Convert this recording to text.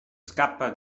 scappa